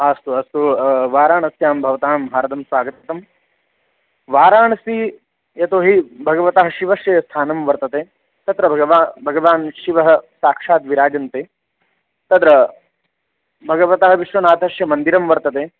अस्तु अस्तु वाराणस्यां भवतां हार्दं स्वागतम् वाराणसी यतो हि भगवतः शिवस्य स्थानं वर्तते तत्र भगवा भगवान् शिवः साक्षात् विराजन्ते तत्र भगवतः विश्वनाथस्य मन्दिरं वर्तते